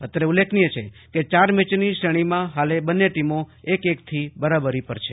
અત્રે ઉલ્લેખનીય છે કે ચાર મેચની શ્રેણી હાલે બંન્ને ટીમો એક એક થી બરોબરી પર છે